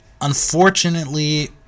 Unfortunately